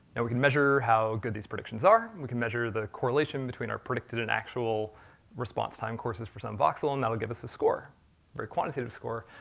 and we can measure how good these predictions are. we can measure the correlation between our predicted and actual response time courses for some voxel, and that will give a score, a very quantitative score,